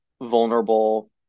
vulnerable